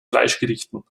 fleischgerichten